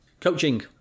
Coaching